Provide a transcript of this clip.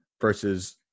versus